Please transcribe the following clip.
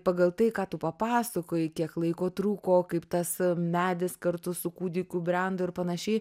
pagal tai ką tu papasakojai kiek laiko truko kaip tas medis kartu su kūdikiu brendo ir panašiai